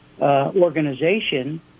organization